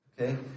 okay